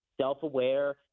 self-aware